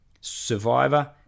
survivor